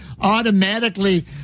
automatically